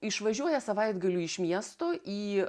išvažiuoja savaitgaliui iš miesto į